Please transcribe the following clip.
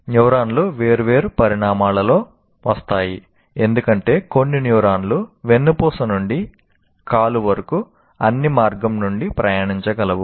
న్యూరాన్లు వేర్వేరు పరిమాణాలలో వస్తాయి ఎందుకంటే కొన్ని న్యూరాన్లు వెన్నుపూస నుండి కాలు వరకు అన్ని మార్గం నుండి ప్రయాణించగలవు